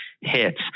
hits